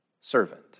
servant